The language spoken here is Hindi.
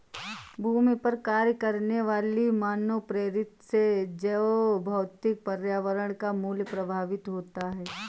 भूमि पर कार्य करने वाली मानवप्रेरित से जैवभौतिक पर्यावरण का मूल्य प्रभावित होता है